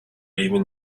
even